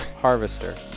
harvester